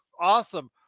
awesome